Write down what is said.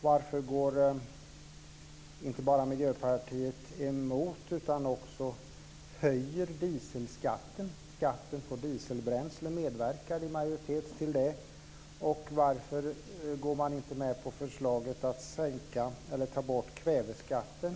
Varför vill Miljöpartiet höja dieselskatten? Skatten på dieselbränsle medverkar ju i majoritet till detta. Varför går man inte med på förslaget att sänka eller ta bort kväveskatten?